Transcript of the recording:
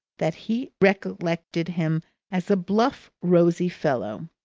that he recollected him as a bluff, rosy fellow.